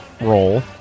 roll